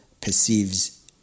perceives